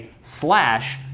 slash